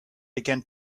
began